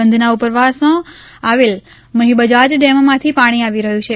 બંધના ઉપરવાસમાં આવેલ મફી બજાજ ડેમમાંથી પાણી આવી રહ્યું છે